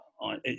on